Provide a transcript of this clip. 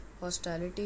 hostility